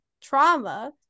trauma